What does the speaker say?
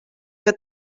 que